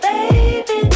Baby